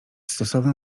stosowna